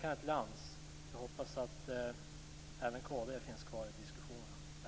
Återigen: Jag hoppas att även kd finns kvar i diskussionerna länge.